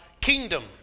kingdom